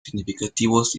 significativos